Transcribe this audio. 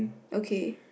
okay